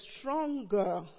stronger